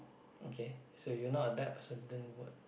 okay so you're not a bad person then what